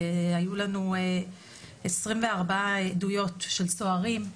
היו לנו 24 עדויות של סוהרים,